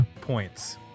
points